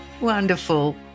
Wonderful